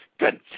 Good